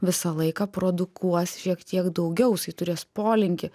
visą laiką produkuos šiek tiek daugiau jisai turės polinkį